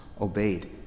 obeyed